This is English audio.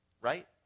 right